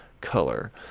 Color